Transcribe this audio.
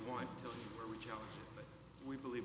one we believe